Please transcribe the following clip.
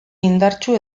indartsu